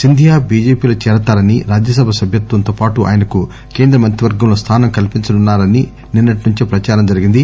Cynthia BJP లో చేరతారని రాజ్య సభ సభ్యత్వంతో పాటు ఆయనకు కేంద్ర మంత్రివర్గంలో స్టానం కల్పించనున్నారని నిన్నటి నుంచే ప్రదారం జరిగింది